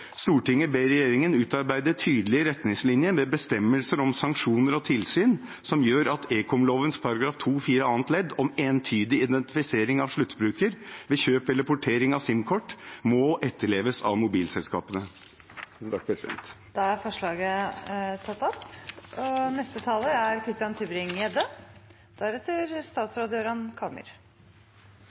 ber regjeringen utarbeide tydelige retningslinjer med bestemmelser om sanksjoner og tilsyn som gjør at ekomloven § 2-4 annet ledd, om entydig identifisering av sluttbruker ved kjøp eller portering av SIM-kort, må etterleves av mobilselskapene.» Jeg tar opp dette forslaget. Representanten Jan Bøhler har tatt opp